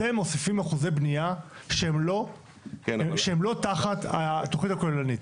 אתם מוסיפים אחוזי בנייה שהם לא תחת התכנית הכוללנית.